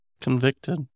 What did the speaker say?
Convicted